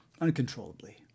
uncontrollably